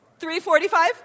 $3.45